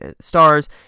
stars